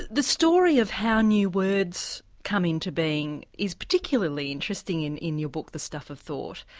the story of how new words come into being is particularly interesting in in your book the stuff of thought,